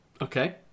Okay